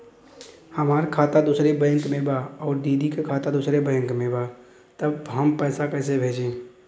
हमार खाता दूसरे बैंक में बा अउर दीदी का खाता दूसरे बैंक में बा तब हम कैसे पैसा भेजी?